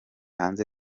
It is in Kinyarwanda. hanze